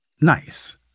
Nice